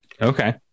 Okay